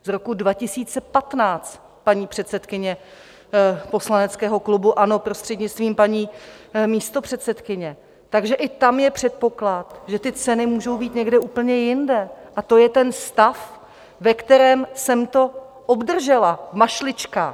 Z roku 2015, paní předsedkyně poslaneckého klubu ANO, prostřednictvím paní místopředsedkyně, takže i tam je předpoklad, že ty ceny můžou být někde úplně jinde, a to je ten stav, ve kterém jsem to obdržela, v mašličkách.